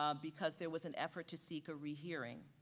um because there was an effort to seek a rehearing.